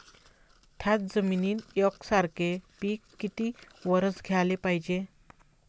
थ्याच जमिनीत यकसारखे पिकं किती वरसं घ्याले पायजे?